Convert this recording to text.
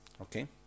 Okay